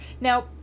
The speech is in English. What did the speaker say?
now